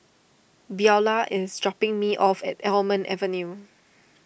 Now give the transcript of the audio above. Beaulah is dropping me off at Almond Avenue